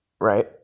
right